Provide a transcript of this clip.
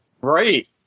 great